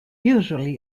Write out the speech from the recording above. usually